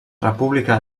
república